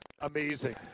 Amazing